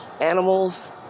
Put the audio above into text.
animals